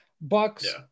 bucks